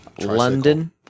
london